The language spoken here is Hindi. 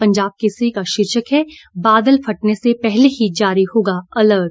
पंजाब केसरी का शीर्षक है बादल फटने से पहले ही जारी होगा अलर्ट